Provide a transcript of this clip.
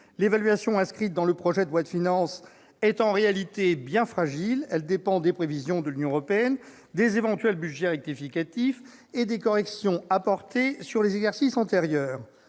L'évaluation inscrite dans le projet de loi de finances est, en réalité, bien fragile. Elle dépend des prévisions de l'Union européenne, des éventuels budgets rectificatifs et des corrections apportées aux exercices antérieurs.